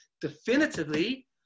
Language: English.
definitively